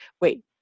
wait